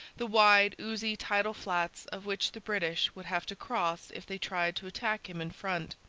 the wide oozy tidal flats of which the british would have to cross if they tried to attack him in front.